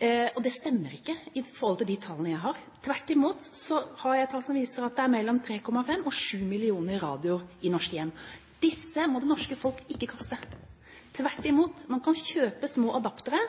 Det stemmer ikke med de tallene jeg har. Tvert imot har jeg tall som viser at det er mellom 3,5 og 7 mill. radioer i norske hjem. Disse må det norske folk ikke kaste. Tvert imot, man kan kjøpe små adaptere